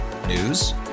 News